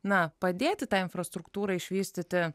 na padėti tą infrastruktūrą išvystyti